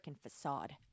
facade